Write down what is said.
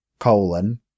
Colon